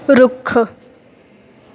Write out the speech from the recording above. ਰੁੱਖ